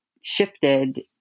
shifted